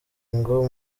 ngo